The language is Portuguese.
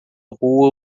rua